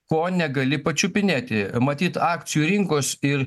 ko negali pačiupinėti matyt akcijų rinkos ir